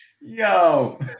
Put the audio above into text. Yo